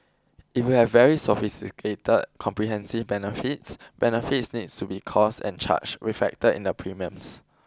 if you have very sophisticated comprehensive benefits benefits needs to be cost and charged reflected in the premiums